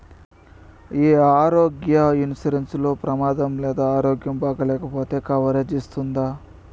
ఈ ఆరోగ్య ఇన్సూరెన్సు లో ప్రమాదం లేదా ఆరోగ్యం బాగాలేకపొతే కవరేజ్ ఇస్తుందా?